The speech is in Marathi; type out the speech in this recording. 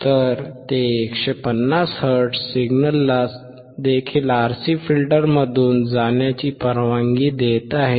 तर ते 150 हर्ट्झ सिग्नलला देखील RC फिल्टरमधून जाण्याची परवानगी देत आहे